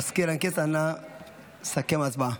מזכיר הכנסת, אנא סכם ההצבעה.